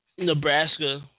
Nebraska